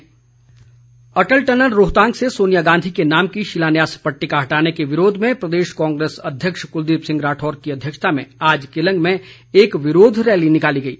rally Atal tunnel Rohtang से सोनिया गांधी के नाम की शिलान्यास पट्टिका हटाने के विरोध में प्रदेश कांग्रेस अध्यक्ष कुलदीप राठौर की अध्यक्षता में आज केलंग में एक विरोध रैली निकाली गई